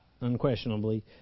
unquestionably